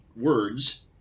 words